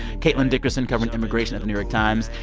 caitlin dickerson covering immigration at the new york times.